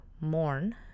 mourn